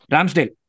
Ramsdale